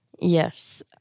Yes